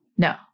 No